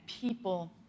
people